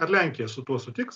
ar lenkija su tuo sutiks